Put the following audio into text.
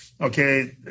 Okay